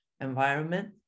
environment